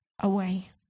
away